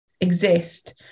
exist